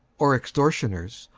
or extortioners,